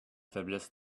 faiblesse